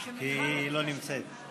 היא לא נמצאת.